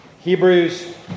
Hebrews